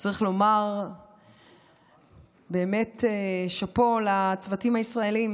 וצריך לומר באמת שאפו לצוותים הישראליים,